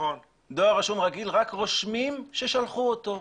דואר רשום רגיל, רק רושמים ששלחו אותו.